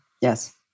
Yes